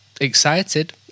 Excited